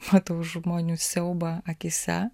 matau žmonių siaubą akyse